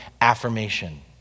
affirmation